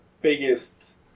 biggest